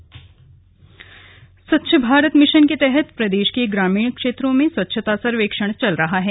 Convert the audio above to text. स्वच्छ सर्वेक्षण स्वच्छ भारत मिशन के तहत प्रदेश के ग्रामीण क्षेत्रों में स्वच्छता सर्वेक्षण चल रहा है